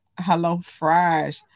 HELLOFRESH